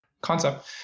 concept